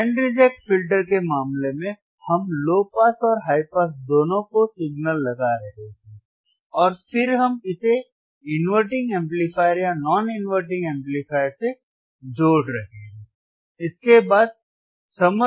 band reject filter के मामले में हम लो पास और हाई पास दोनों को सिग्नल लगा रहे हैं और फिर हम इसे इनवर्टिंग एम्पलीफायर या नॉन इनवर्टिंग एम्पलीफायर से जोड़ रहे हैं इसके बाद समर